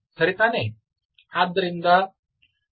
ಸರಿ ತಾನೇ